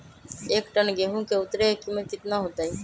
एक टन गेंहू के उतरे के कीमत कितना होतई?